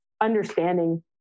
understanding